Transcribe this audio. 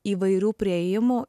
įvairių priėjimų